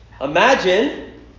Imagine